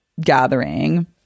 gathering